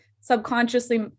subconsciously